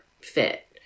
fit